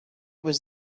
was